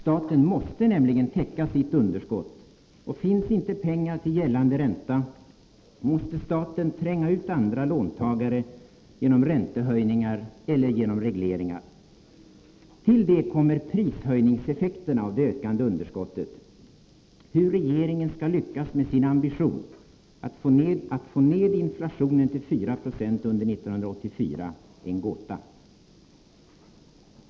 Staten måste nämligen täcka sitt underskott, och finns inte pengar till gällande ränta måste staten tränga ut andra låntagare genom räntehöjningar eller genom regleringar. Till detta kommer prishöjningseffekterna av det ökande underskottet. Hur regeringen skall lyckas med sin ambition att få ner inflationen till 4 9o under 1984 är en gåta.